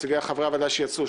נציגי חברי הוועדה שיצאו,